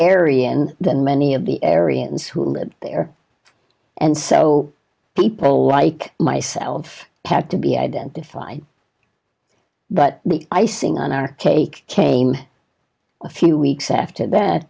area and than many of the ariens who live there and so people like myself have to be identified but the icing on our cake came a few weeks after that